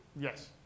Yes